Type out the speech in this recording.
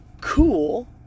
cool